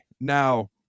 now